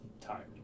tired